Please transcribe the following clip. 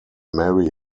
marry